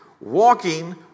walking